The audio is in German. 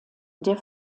der